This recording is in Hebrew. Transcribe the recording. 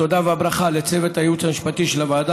התודה והברכה לצוות הייעוץ המשפטי של הוועדה